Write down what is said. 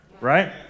right